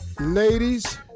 Ladies